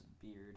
beard